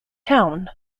town